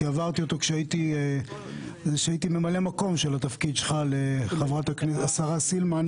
כי עברתי אותו כשהייתי ממלא מקום של התפקיד שלך של השרה סילמן,